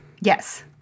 Yes